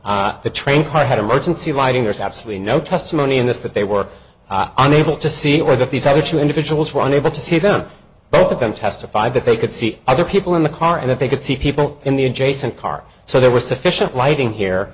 empty the train car had emergency lighting there's absolutely no testimony in this that they work on able to see or that these other two individuals were unable to see them both of them testified that they could see other people in the car and that they could see people in the adjacent car so there was sufficient lighting here